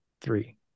three